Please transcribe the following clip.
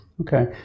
Okay